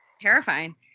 Terrifying